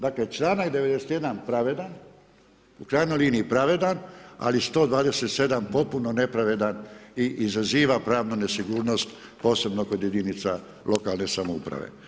Dakle, članak 91. pravedan u krajnjoj liniji pravedan, ali 127. potpuno nepravedan i izaziva pravnu nesigurnost posebno kod jedinica lokalne samouprave.